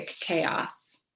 chaos